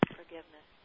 forgiveness